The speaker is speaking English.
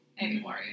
anymore